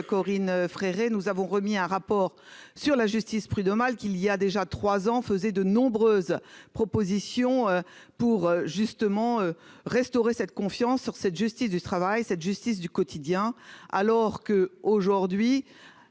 Corinne frère et nous avons remis un rapport sur la justice prud'homale qu'il y a déjà 3 ans faisait de nombreuses propositions pour justement restaurer cette confiance sur cette justice du travail cette justice du quotidien alors que, aujourd'hui,